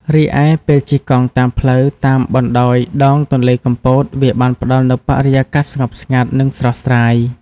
រីឯ ពេលជិះកង់តាមផ្លូវតាមបណ្តោយដងទន្លេកំពត វាបានផ្ដល់នូវបរិយាកាសស្ងប់ស្ងាត់ និងស្រស់ស្រាយ។